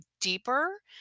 deeper